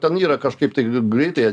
ten yra kažkaip tai greitai